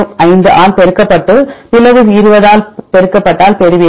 05 ஆல் பெருக்கப்பட்டு பிளவு 20 ஆல் பெருக்கப்பட்டால் பெறுவீர்கள்